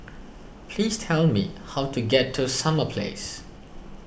please tell me how to get to Summer Place